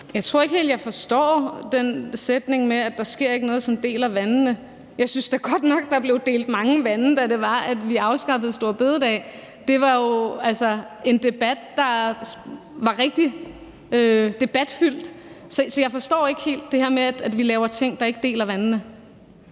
Jeg tror ikke helt, jeg forstår den sætning med, at der ikke sker noget, som deler vandene. Jeg synes da godt nok, vandene blev delt, da vi afskaffede store bededag. Det var en debat, der var meget heftig. Så jeg forstår ikke helt det her med, at vi laver ting, der ikke deler vandene.